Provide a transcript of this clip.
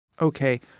Okay